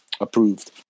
approved